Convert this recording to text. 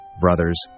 brothers